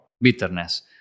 bitterness